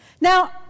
Now—